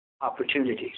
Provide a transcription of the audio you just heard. opportunities